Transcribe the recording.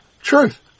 truth